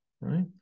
right